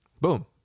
Boom